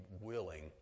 willing